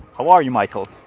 how are you michael?